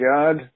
God